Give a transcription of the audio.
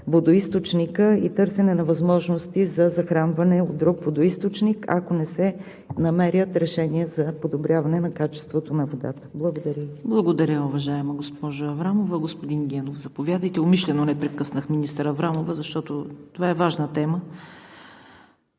водоизточника и търсене на възможности за захранване от друг водоизточник, ако не се намерят решения за подобряване на качеството на водата. Благодаря Ви. ПРЕДСЕДАТЕЛ ЦВЕТА КАРАЯНЧЕВА: Благодаря, уважаема госпожо Аврамова. Господин Генов, заповядайте. Умишлено не прекъснах министър Аврамова, защото това е важна тема.